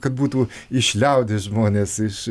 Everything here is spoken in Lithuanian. kad būtų iš liaudies žmonės iš